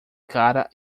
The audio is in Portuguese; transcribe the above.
cara